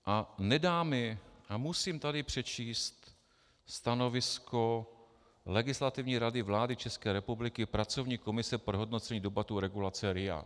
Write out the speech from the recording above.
A nedá mi a musím tady přečíst stanovisko Legislativní rady vlády České republiky, pracovní komise pro hodnocení dopadu regulace RIA.